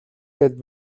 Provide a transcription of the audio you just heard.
гээд